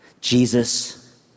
Jesus